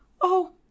Oh